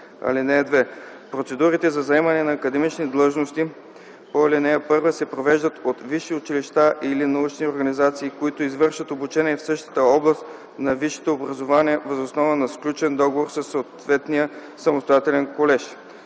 (2) Процедурите за заемане на академични длъжности по ал. 1 се провеждат от висше училище или научна организация, които извършват обучение в същата област на висшето образование, въз основа на сключен договор със съответния самостоятелен колеж.